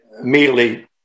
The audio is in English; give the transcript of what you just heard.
immediately